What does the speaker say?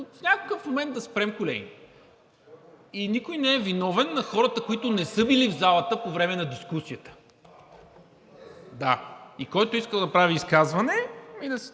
в някакъв момент да спрем, колеги. Никой не е виновен на хората, които не са били в залата по време на дискусията. Който иска да прави изказване,